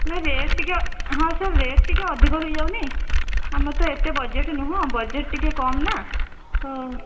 ନାହିଁ ରେଟ୍ ଟିକିଏ ହଁ ସାର୍ ରେଟ୍ ଟିକେ ଅଧିକ ହୋଇଯାଉନି ଆମର ତ ଏତେ ବଜେଟ୍ ନୁହେଁ ବଜେଟ୍ ଟିକିଏ କମ ନା ତ